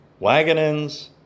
Wagonins